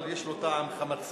אבל יש לו טעם חמצמץ,